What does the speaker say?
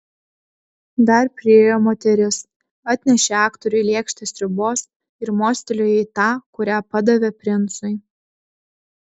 dar priėjo moteris atnešė aktoriui lėkštę sriubos ir mostelėjo į tą kurią padavė princui